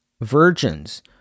virgins